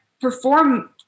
perform